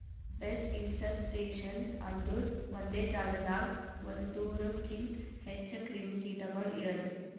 pest infestations ಅಂದುರ್ ಒಂದೆ ಜಾಗದಾಗ್ ಒಂದೂರುಕಿಂತ್ ಹೆಚ್ಚ ಕ್ರಿಮಿ ಕೀಟಗೊಳ್ ಇರದು